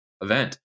event